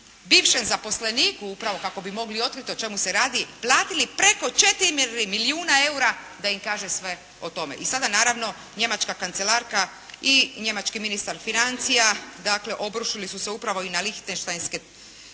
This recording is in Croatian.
bivšem zaposleniku, upravo kako bi mogli otkriti o čemu se radi platili preko 4 milijuna eura da im kaže sve o tome. I sada naravno njemačka kancelarka i njemački ministar financija, dakle, obrušili su se upravo i na Linchestein-ske,